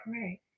Right